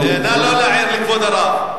נא לא להעיר לכבוד הרב.